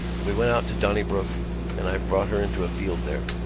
we went out to donnybrook and i brought her into a field there.